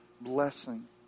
blessing